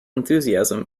enthusiasm